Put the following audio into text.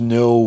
no